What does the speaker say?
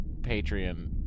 Patreon